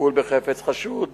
טיפול בחפץ חשוד,